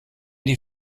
die